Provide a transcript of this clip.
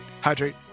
hydrate